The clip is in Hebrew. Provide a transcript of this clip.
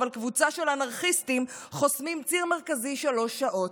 אבל קבוצה של אנרכיסטים חוסמים ציר מרכזי שלוש שעות.